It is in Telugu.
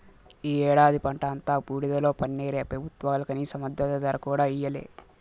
ఈ ఏడాది పంట అంతా బూడిదలో పన్నీరే పెబుత్వాలు కనీస మద్దతు ధర కూడా ఇయ్యలే